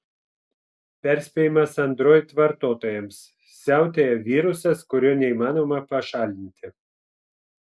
perspėjimas android vartotojams siautėja virusas kurio neįmanoma pašalinti